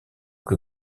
que